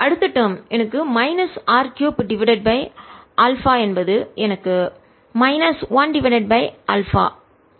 மற்றும் அடுத்த டேர்ம் எனக்கு minus r 3 divided by alpha என்பது எனக்கு மைனஸ் 1 டிவைடட் பை ஆல்பா